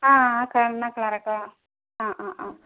ആ ആ കാണണം കളറൊക്ക വേണം ആ ആ ആ